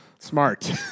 Smart